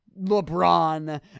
LeBron